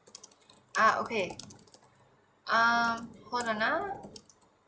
ah okay ah hold on ah